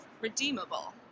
redeemable